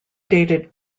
dated